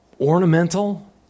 ornamental